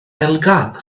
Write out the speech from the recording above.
elgan